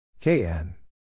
KN